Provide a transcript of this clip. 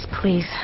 please